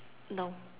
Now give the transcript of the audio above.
no